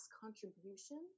contribution